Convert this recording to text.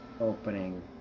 opening